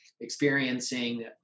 experiencing